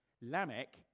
Lamech